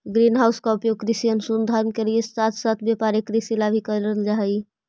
green house का उपयोग कृषि अनुसंधान के साथ साथ व्यापारिक कृषि ला भी करल जा हई